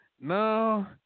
no